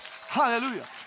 Hallelujah